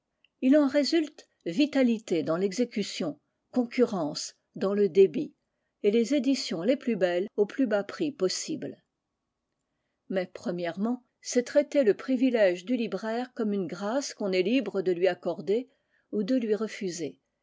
il en résulte vitalité dans l'exécution concurrence dans le débit et les éditions les plus belles au plus bas prix possible mais premièrement c'est traiter le privilège du libraire comme une grâce qu'on est libre de lui accorder ou de lui refuser